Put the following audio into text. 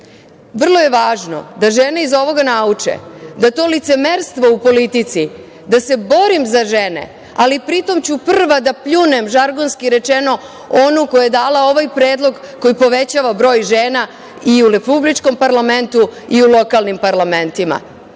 Vrlo je važno da žene iz ovoga nauče da to licemerstvo u politici, da se borim za žene, ali pri tom ću prva da pljunem, žargonski rečeno, onu koja je dala ovaj predlog koji povećava broj žena i u Republičkom parlamentu i u lokalnim parlamentima.